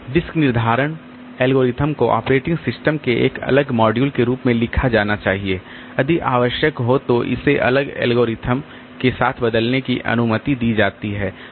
disc निर्धारण algorithm को operating system के एक अलग मॉड्यूल के रूप में लिखा जाना चाहिए यदि आवश्यक हो तो इसे अलग एल्गोरिथ्म के साथ बदलने की अनुमति दी जाती है